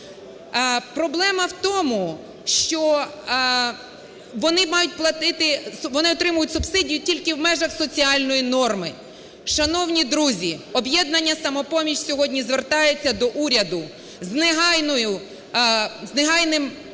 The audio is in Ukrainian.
вони мають платити… вони отримують субсидію тільки в межах соціальної норми. Шановні друзі, "Об'єднання "Самопоміч" сьогодні звертається до уряду з негайною пропозицією